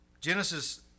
Genesis